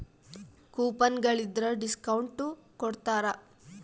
coupon ಗಳಿದ್ರ discount ಕೊಡ್ತಾರ